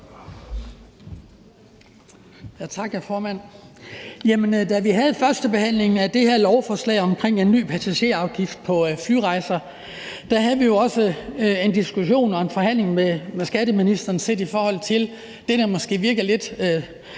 Da vi havde førstebehandlingen af det her lovforslag om en ny passagerafgift på flyrejser, havde vi jo også en diskussion og en forhandling med skatteministeren om det, der måske virker lidt